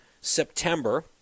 september